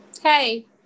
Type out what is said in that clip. hey